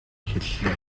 хэллээ